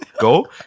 go